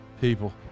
people